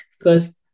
First